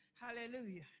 hallelujah